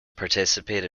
participate